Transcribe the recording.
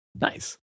Nice